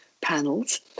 panels